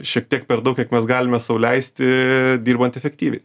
šiek tiek per daug kiek mes galime sau leisti dirbant efektyviai